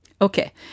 Okay